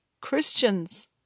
Christians